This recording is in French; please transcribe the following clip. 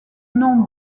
nom